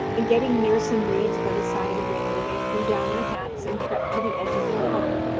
in getting near some reeds by the side of a river, they threw down their hats, and crept to the edge of the water,